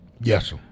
Yes